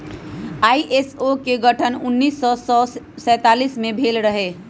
ISO के गठन सन उन्नीस सौ सैंतालीस में भेल रहै